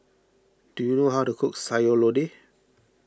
do you know how to cook Sayur Lodeh